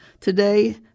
today